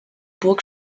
burg